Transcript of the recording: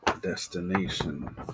destination